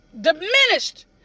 diminished